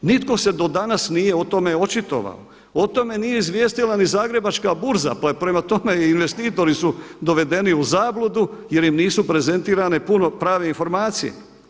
Nitko se do danas nije o tome očitovao, o tome nije izvijestila ni Zagrebačka burza pa prema tome investitori su dovedeni u zabludu jer im nisu prezentirane prave informacije.